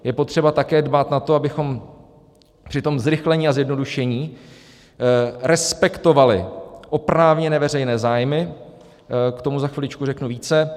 Je potřeba také dbát na to, abychom při tom zrychlení a zjednodušení respektovali oprávněné veřejné zájmy, k tomu za chviličku řeknu více.